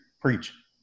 preach